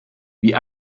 wie